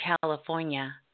California